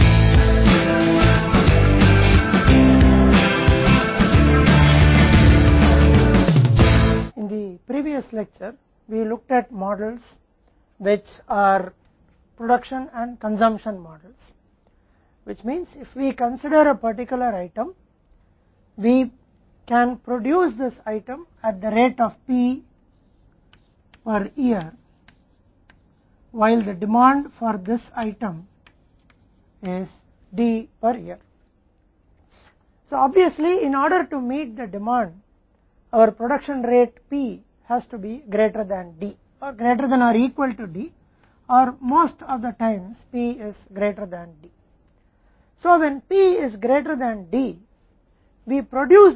पिछले व्याख्यान में हमने उन मॉडलों को देखा जो उत्पादन और खपत मॉडल हैं जिसका अर्थ है कि अगर हम किसी विशेष वस्तु पर विचार करते हैं तो हम इस आइटम का उत्पादन प्रति वर्ष P की दर से कर सकते हैं जबकि इस आइटम की मांग प्रति वर्ष D है इसलिए स्पष्ट रूप से माँग को पूरा करने के लिए हमारी उत्पादन दर P D से अधिक या D के बराबर या उससे अधिक होनी चाहिए या P की तुलना में D अधिक से अधिक होता है